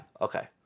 Okay